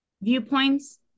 viewpoints